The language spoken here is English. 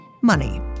money